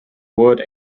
wood